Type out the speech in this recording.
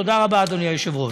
תודה רבה, אדוני היושב-ראש.